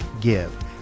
Give